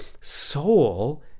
Soul